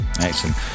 excellent